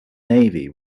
navy